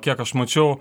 kiek aš mačiau